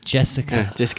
Jessica